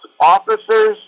officers